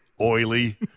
Oily